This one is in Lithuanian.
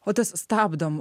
o tas stabdom